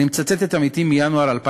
אני מצטט את עמיתי מינואר 2014: